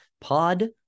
pod